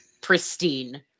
pristine